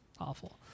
awful